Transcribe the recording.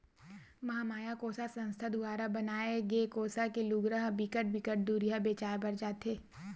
महमाया कोसा संस्था दुवारा बनाए गे कोसा के लुगरा ह बिकट बिकट दुरिहा बेचाय बर जाथे